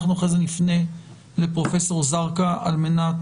אחר כך אנחנו נפנה לפרופסור זרקא על מנת